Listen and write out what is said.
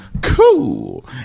Cool